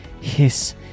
hiss